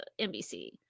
NBC